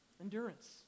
Endurance